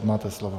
Máte slovo.